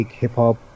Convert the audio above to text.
hip-hop